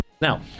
Now